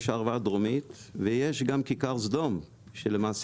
יש הערבה הדרומית ויש גם כיכר סדום שלמעשה,